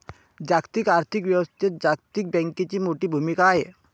जागतिक आर्थिक व्यवस्थेत जागतिक बँकेची मोठी भूमिका आहे